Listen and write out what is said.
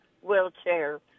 wheelchair